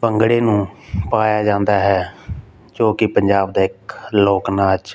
ਭੰਗੜੇ ਨੂੰ ਪਾਇਆ ਜਾਂਦਾ ਹੈ ਜੋ ਕਿ ਪੰਜਾਬ ਦਾ ਇੱਕ ਲੋਕ ਨਾਚ